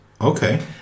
Okay